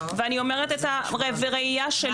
ואני אומרת את הראייה שלי.